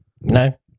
No